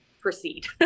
proceed